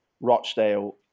Rochdale